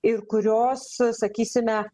ir kurios sakysime